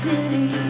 City